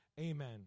Amen